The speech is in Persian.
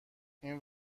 این